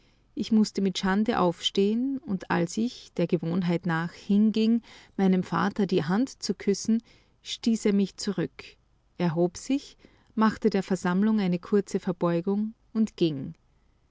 ich mußte mit schande aufstehen und als ich der gewohnheit nach hinging meinem vater die hand zu küssen stieß er mich zurück erhob sich machte der versammlung eine kurze verbeugung und ging